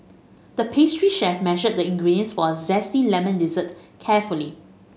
the pastry chef measured the ingredients for a zesty lemon dessert carefully